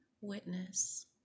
witness